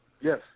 Yes